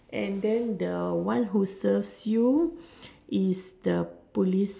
and then the one who serves you is the police